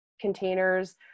containers